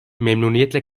memnuniyetle